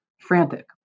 frantic